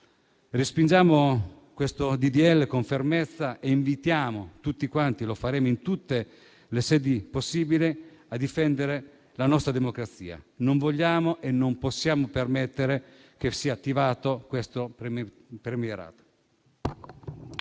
Respingiamo questo disegno di legge con fermezza e invitiamo - tutti quanti lo faremo in tutte le sedi possibili - a difendere la nostra democrazia. Non vogliamo e non possiamo permettere che questo premierato